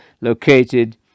located